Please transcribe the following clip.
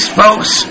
folks